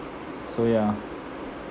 so ya